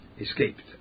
escaped